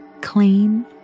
Clean